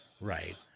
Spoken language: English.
right